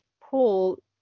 Paul